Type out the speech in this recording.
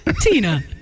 Tina